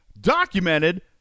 documented